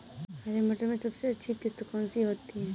हरे मटर में सबसे अच्छी किश्त कौन सी होती है?